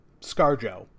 ScarJo